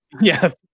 yes